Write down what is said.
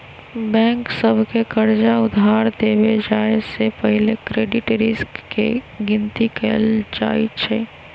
bank सभ के कर्जा उधार देबे जाय से पहिले क्रेडिट रिस्क के गिनति कएल जाइ छइ